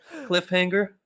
cliffhanger